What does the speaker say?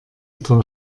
etwa